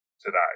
today